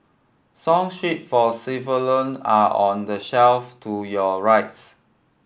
song sheet for are on the shelf to your rights